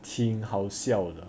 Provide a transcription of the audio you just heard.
停好笑的